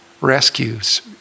rescues